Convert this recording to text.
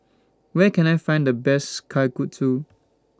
Where Can I Find The Best Kalguksu